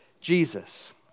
Jesus